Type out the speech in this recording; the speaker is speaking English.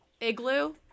Igloo